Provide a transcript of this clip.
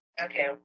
Okay